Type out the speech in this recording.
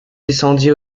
descendit